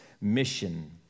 mission